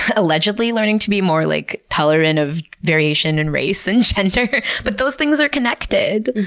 allegedly learning to be more like tolerant of variation in race and gender. but those things are connected